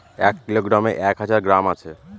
এক কিলোগ্রামে এক হাজার গ্রাম আছে